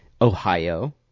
Ohio